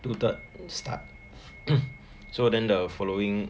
two third start so then the following